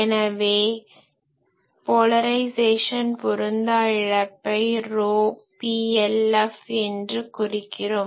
எனவே போலரைஸேசன் பொருந்தா இழப்பை ρPLF என்று குறிக்கிறோம்